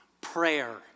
Prayer